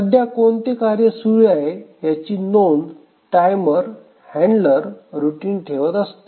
सध्या कोणते कार्य सुरु आहे याची नोंद टायमर हँडलर रुटीन ठेवत असते